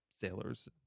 sailors